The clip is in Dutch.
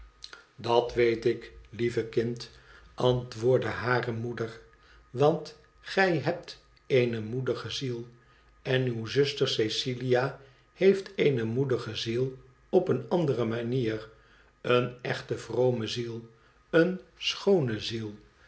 dat weet ik lieve kind antwoordde hare moeder want gij hebt eene moedige ziel en uwe zuster cecilia heeft eene moedige ziel op eene andere manier eene echt vrome ziel eene schoone ziel